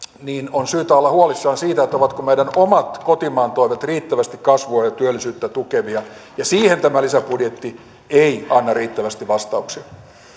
niin on syytä olla huolissaan siitä ovatko meidän omat kotimaan toimet riittävästi kasvua ja työllisyyttä tukevia ja siihen tämä lisäbudjetti ei anna riittävästi vastauksia